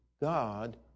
God